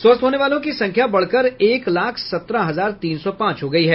स्वस्थ होने वालों की संख्या बढ़कर एक लाख सत्रह हजार तीन सौ पांच हो गई है